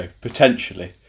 Potentially